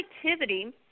productivity –